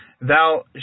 Thou